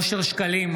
אושר שקלים,